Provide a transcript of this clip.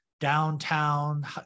downtown